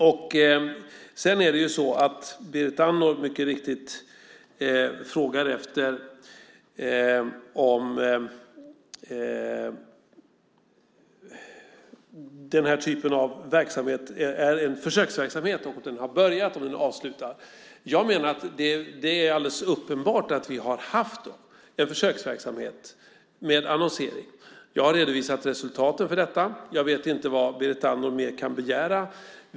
Berit Andnor frågar mycket riktigt om den här typen av verksamhet är en försöksverksamhet, om den har börjat och om den är avslutad. Jag menar att det är alldeles uppenbart att vi har haft en försöksverksamhet med annonsering. Jag har redovisat resultaten för detta. Jag vet inte vad Berit Andnor mer kan begära.